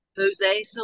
Jose